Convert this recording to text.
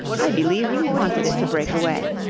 i believe you wanted it to break away,